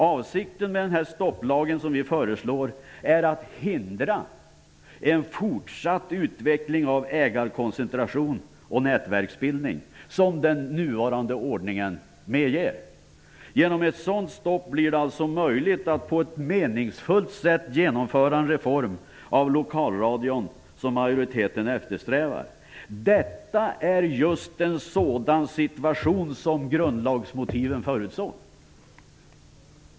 Avsikten med den stopplag som vi föreslår är att hindra en fortsatt utveckling av ägarkoncentration och nätverksbildning som den nuvarande ordningen medger. Genom ett sådant stopp blir det möjligt att på ett meningsfullt sätt genomföra en reform av lokalradion, vilket majoriteten eftersträvar. Detta är just en sådan situation som grundlagsmotiven förutsåg.